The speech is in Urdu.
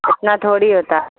اتنا تھوڑی ہوتا ہے